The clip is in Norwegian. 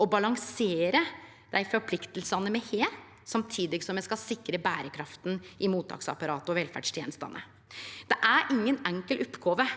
å balansere dei forpliktingane me har, samtidig som me skal sikre berekrafta i mottaksapparatet og velferdstenestene. Det er ingen enkel oppgåve